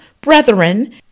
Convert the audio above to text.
brethren